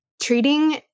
treating